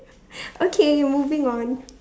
okay moving on